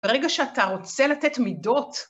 ברגע שאתה רוצה לתת מידות...